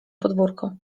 podwórko